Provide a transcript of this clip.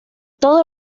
todo